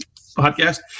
podcast